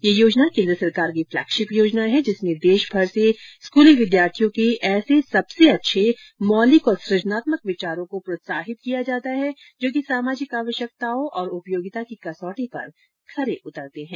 यह योजना केन्द्र सरकार की फलैगशिप योजना है जिसमें देशभर से स्कूली विद्यार्थियों के ऐसे सबसे अच्छे मौलिक और सृजनात्मक विचारों को प्रोत्साहित किया जाता है जो कि सामाजिक आवश्यकताओं तथा उपयोगिता की कसौटी पर खरे उतरते हैं